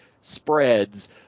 spreads